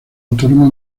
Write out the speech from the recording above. autónoma